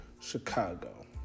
Chicago